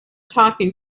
talking